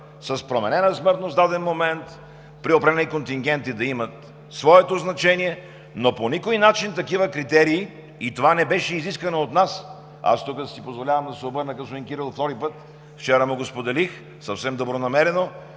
с променена смъртност в даден момент, при определени контингенти да имат своето значение, но по никой начин такива критерии. Това не беше изискано от нас. Тук си позволявам да се обърна към господин Кирилов втори път, вчера му споделих съвсем добронамерено,